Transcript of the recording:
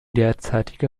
derzeitige